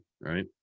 right